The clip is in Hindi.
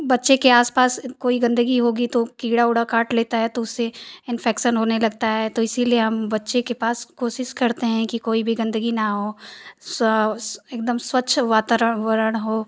बच्चे के आस पास कोई गंदगी होगी तो कीड़ा उड़ा काट लेता है तो उससे इन्फ़ेक्सन होने लगता है तो इसलिए हम बच्चे के पास कोशिश करते हैं कि कोई भी गंदगी न हो स्व एकदम स्वक्छ वातारण वरण हो